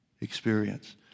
experience